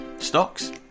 Stocks